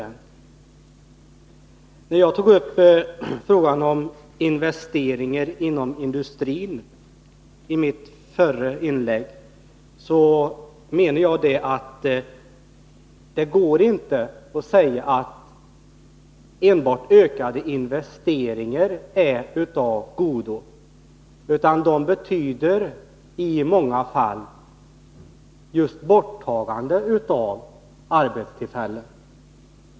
När jag i mitt förra inlägg tog upp frågan om investeringar inom industrin menade jag att det inte går att enbart säga att ökade investeringar är av godo — det betyder i många fall just borttagande av arbetstillfällen.